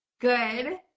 Good